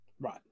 Right